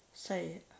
Say